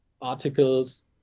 articles